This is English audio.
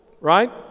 right